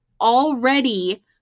already